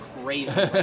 crazy